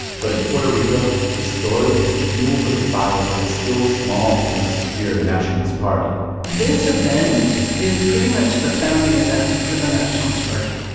but in puerto rico, the story is fuel for the fire of a still small and obscure nationalist party this event is pretty much the founding event for the nationalist party.